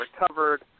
recovered